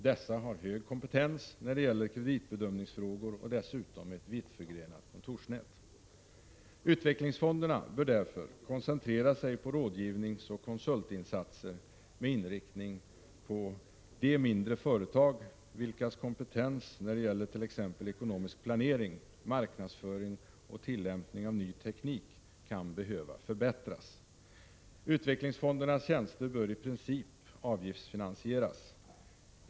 Dessa har hög kompetens när det gäller kreditbedömningsfrågor och dessutom ett vitt förgrenat kontorsnät. Utvecklingsfonderna bör därför koncentrera sig på rådgivningsoch konsultinsatser med inriktning på de mindre företag vilkas kompetens när det gäller t.ex. ekonomisk planering, marknadsföring och tillämpning av ny teknik kan behöva förbättras. Utvecklingsfondernas tjänster bör i princip avgiftsfinansieras.